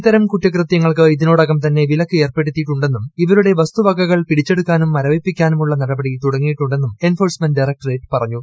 ഇത്തരം കുറ്റകൃത്യങ്ങ ൾക്ക് ഇതിനോടകം തന്നെ വിലക്ക് ഏർപ്പെടുത്തിയിട്ടുണ്ടെന്നും ഇവരുടെ വസ്തുവകകൾ പിടിച്ചെടുക്കാനും മരവിപ്പിക്കാനുമുളള നടപടി തുടങ്ങിയിട്ടുണ്ടെന്നും എൻഫ്പ്മ്മെന്റ് ഡയറക്ടറേറ്റ് പറഞ്ഞു